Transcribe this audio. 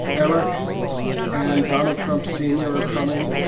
eric and donald trump sr. are coming.